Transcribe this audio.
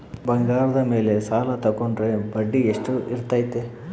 ಬಂಗಾರದ ಮೇಲೆ ಸಾಲ ತೋಗೊಂಡ್ರೆ ಬಡ್ಡಿ ಎಷ್ಟು ಇರ್ತೈತೆ?